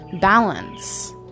balance